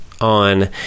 on